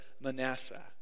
Manasseh